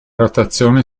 rotazione